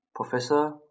Professor